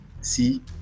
see